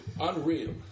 unreal